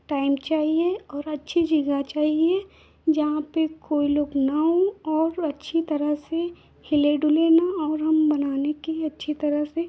time चाहिए और अच्छी जगह चाहिए जहाँ पर कोई लोग न हों और अच्छी तरह से हिले डुले न और हम बनाने की अच्छी तरह से